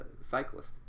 cyclist